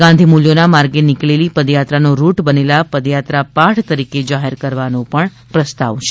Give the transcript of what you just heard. ગાંધી મૂલ્યો ના માર્ગે નીકળેલી પદયાત્રાનો રૂટ બનેલા પદયાત્રા પાઠ તરીકે જાહેર કરવાનો પણ પ્રસ્તાવ છે